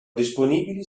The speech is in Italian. disponibili